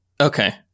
Okay